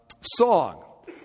song